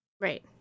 Right